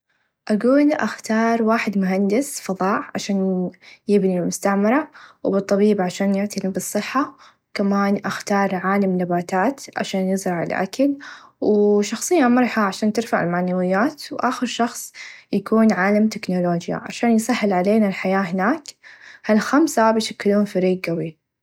أقول أختار واحد مهندس فظاء عشان يبنى مستعمره و الطبيب عشان يعتني بالصحه و كمان أختار عالم نباتات عشان يزرع الأكل و شخصيه مرحه عشان ترفع المعنويات و آخر شخص يكون عالم تكنولوچيا عشان يسهل علينا الحياه هناك هالخمسه بيشكلون فريق قوي.